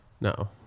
No